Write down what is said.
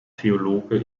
theologe